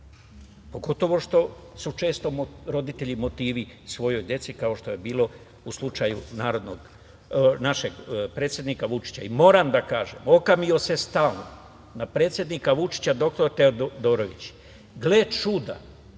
pogotovo što su često roditelji motivi svojoj deci, kao što je bilo u slučaju našeg predsednika Vučića. Moram da kažem okamio se na predsednika Vučića dr. Teodorović, gde čuda,